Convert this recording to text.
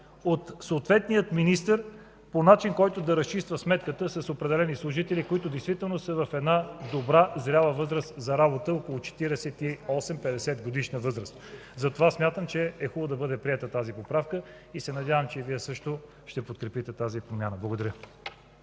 от съответния министър по начин, който да разчиства сметки с определени служители, които действително са в добра, зряла възраст за работа – около 48 – 50-годишна възраст. Смятам, че е хубаво да бъде приета тази поправка, и се надявам, че и Вие ще подкрепите тази промяна. Благодаря.